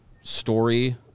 story